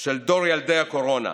של דור ילדי הקורונה,